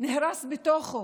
נהרס בתוכו?